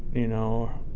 you know,